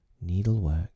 needlework